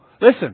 Listen